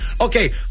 okay